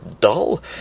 dull